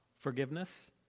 forgiveness